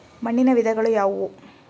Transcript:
ಮಣ್ಣಿನ ವಿಧಗಳು ಯಾವುವು?